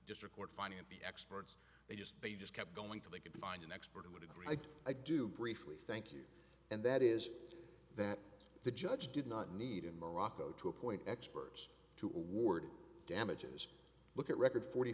district court finding the experts they just they just kept going to they could find an expert who would agree i do briefly thank you and that is that the judge did not need in morocco to appoint experts to award damages look at record forty